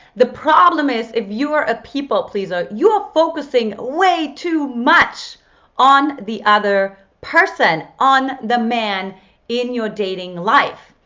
the problem is if you are a people pleaser, you are focusing way too much on the other person, on the man in your dating life.